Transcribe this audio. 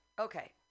Okay